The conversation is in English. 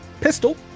pistol